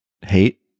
hate